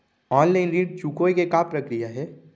Online ऋण चुकोय के का प्रक्रिया हे?